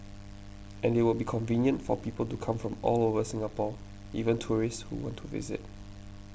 and it will be convenient for people to come from all over Singapore even tourists who want to visit